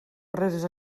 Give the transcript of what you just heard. barreres